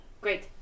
Great